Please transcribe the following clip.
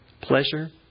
pleasure